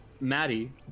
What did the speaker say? Maddie